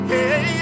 Hey